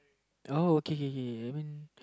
oh okay okay okay I mean